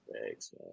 Thanks